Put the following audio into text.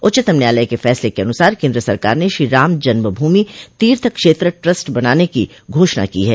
उच्चतम न्यायालय के फैसले के अनुसार केन्द्र सरकार ने श्रीराम जन्म भूमि तीर्थ क्षेत्र ट्रस्ट बनाने की घोषणा की है